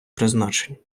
призначень